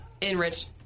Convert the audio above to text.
enrich